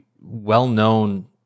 well-known